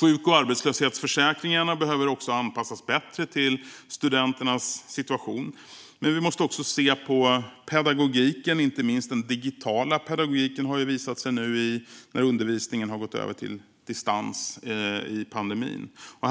Sjuk och arbetslöshetsförsäkringarna behöver också anpassas bättre till studenternas situation. Vi måste också se på pedagogiken, inte minst den digitala pedagogiken, då undervisningen under pandemin har gått över till distansundervisning.